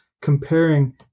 comparing